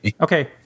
Okay